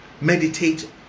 Meditate